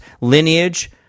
lineage